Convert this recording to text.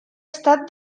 estat